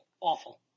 awful